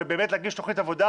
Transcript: ולהגיש תוכנית עבודה,